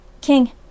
King